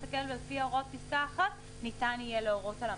הכלב לפי הוראות פסקה 1 ניתן יהיה להורות על המתתו.